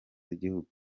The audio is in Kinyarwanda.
z’igihugu